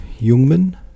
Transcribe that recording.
Jungmann